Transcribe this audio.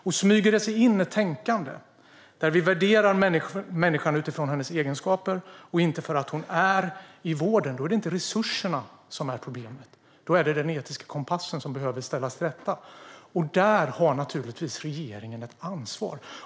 Om det smyger sig in ett tänkande som innebär att vi värderar människan utifrån hennes egenskaper och inte utifrån att hon behöver vård är det inte resurserna som är problemet. Då är det den etiska kompassen som behöver ställas rätt. Där har regeringen naturligtvis ett ansvar.